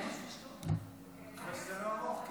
שזה לא ארוך,